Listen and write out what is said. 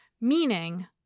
Meaning